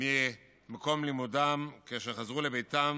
ממקום לימודם, כאשר חזרו לביתם.